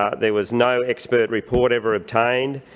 ah there was no expert report ever obtained,